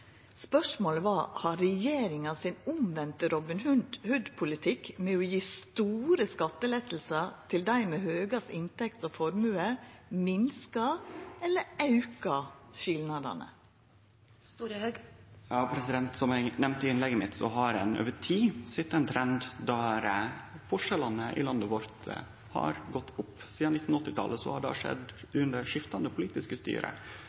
Spørsmålet var om regjeringa sin omvendte Robin Hood-politikk, med å gje store skattelettar til dei med høgst inntekt og formue, har minska eller auka skilnadene. Som eg nemnde i innlegget mitt, har ein over tid sett ein trend der forskjellane i landet vårt har auka. Sidan 1980-talet har det skjedd under skiftande politiske styre.